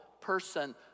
person